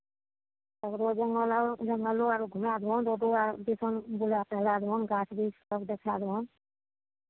सगरो जङ्गल आर जङ्गलो आर घुमा देबनि रोडो आर दिस बुलाय टहलाय देबनि गाछ वृक्ष सभ देखा देबनि